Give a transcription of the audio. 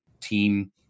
team